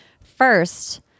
first